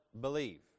believe